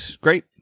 Great